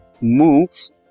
moves